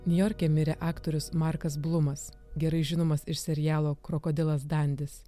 niujorke mirė aktorius markas blumas gerai žinomas iš serialo krokodilas dandis